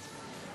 לא,